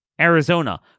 Arizona